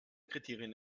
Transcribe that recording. kriterien